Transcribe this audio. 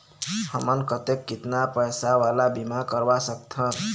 हमन कतेक कितना पैसा वाला बीमा करवा सकथन?